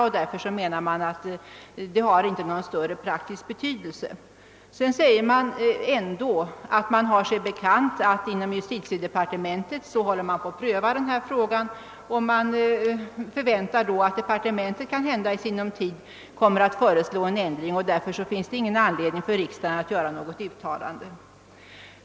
Mot denna bakgrund finner utskottsmajoriteten att saken inte har någon större praktisk betydelse. Men ändå förklarar man att man har sig bekant att frågan prövas inom justitiedepartementet, varför man förväntar att departementet i sinom tid kan föreslå en ändring. Därför finns det inte någon anledning för riksdagen att göra ett uttalande, anser utskottsmajoriteten.